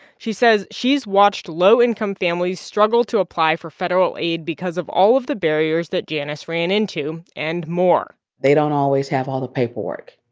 she says she's watched low-income families struggle to apply for federal aid because of all of the barriers that janice ran into and more they don't always have all the paperwork.